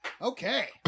Okay